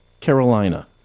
Carolina